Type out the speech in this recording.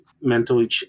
mentally